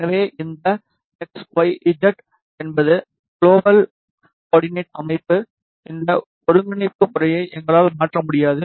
எனவே இந்த x y z என்பது க்லோபல் கோ ஆர்டினெட் அமைப்பு இந்த ஒருங்கிணைப்பு முறையை எங்களால் மாற்ற முடியாது